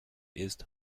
ist